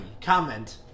comment